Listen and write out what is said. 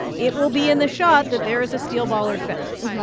it will be in the shot that there is a steel bollard fence.